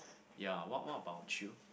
ya what what about you